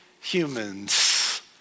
humans